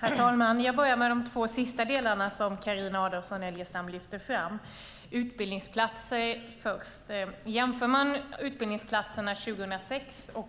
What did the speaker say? Herr talman! Jag börjar med de två sista delarna, som Carina Adolfsson Elgestam lyfter fram. Jag tar utbildningsplatserna först. Man kan jämföra utbildningsplatserna 2006 och